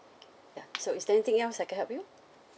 ya so is there anything else I can help you